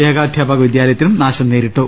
ഏകാധ്യാപക വിദ്യാലയത്തിനും നാശം നേരിട്ടു